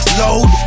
load